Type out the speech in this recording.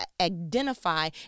identify